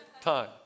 time